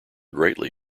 greatly